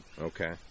Okay